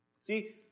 See